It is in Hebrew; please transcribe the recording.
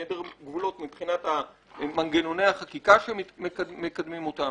הן מבחינת מנגנוני החקיקה שמקדמים אותם.